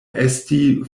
esti